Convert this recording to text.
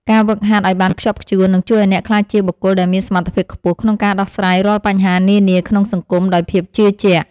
ការហ្វឹកហាត់ឱ្យបានខ្ជាប់ខ្ជួននឹងជួយឱ្យអ្នកក្លាយជាបុគ្គលដែលមានសមត្ថភាពខ្ពស់ក្នុងការដោះស្រាយរាល់បញ្ហានានាក្នុងសង្គមដោយភាពជឿជាក់។